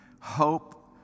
Hope